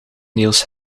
niels